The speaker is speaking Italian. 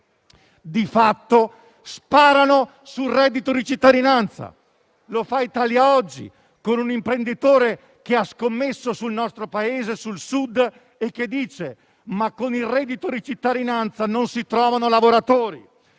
di fatto sparano sul reddito di cittadinanza. Lo fa «Italia Oggi», con un imprenditore che ha scommesso sul nostro Paese, sul Sud, e che dice che con il reddito di cittadinanza non si trovano lavoratori.